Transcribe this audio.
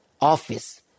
office